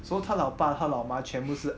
so 他老爸他老妈全部是